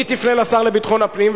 היא תפנה לשר לביטחון הפנים,